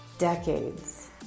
Decades